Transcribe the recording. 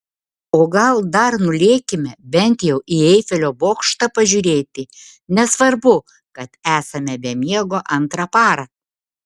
o gal dar nulėkime bent jau į eifelio bokštą pažiūrėti nesvarbu kad esame be miego antrą parą